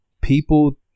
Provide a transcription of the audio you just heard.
people